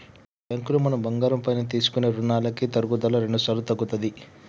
బ్యాంకులో మనం బంగారం పైన తీసుకునే రుణాలకి తరుగుదల రెండుసార్లు తగ్గుతది